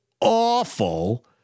awful